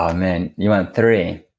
oh, man. you want three?